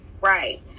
Right